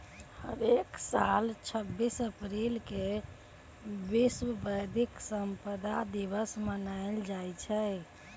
हरेक साल छब्बीस अप्रिल के विश्व बौधिक संपदा दिवस मनाएल जाई छई